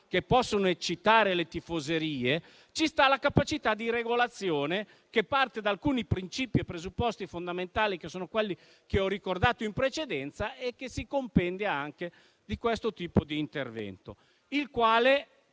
che possono eccitare le tifoserie, c'è la capacità di regolazione che parte da alcuni principi e presupposti fondamentali, che sono quelli che ho ricordato in precedenza e che si compendia anche di questo tipo di intervento.